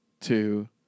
Two